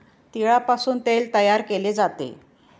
तिळापासून तेल तयार केले जाते